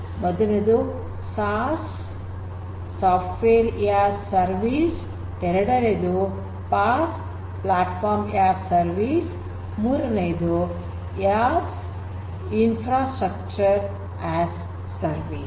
ಮೊದಲನೆಯದು SaaS software as a service ಎರಡನೆಯದು PaaS platform as a service ಮತ್ತು ಮೂರನೆಯದು IaaS infrastructure as a service